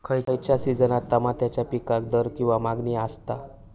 खयच्या सिजनात तमात्याच्या पीकाक दर किंवा मागणी आसता?